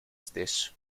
stesso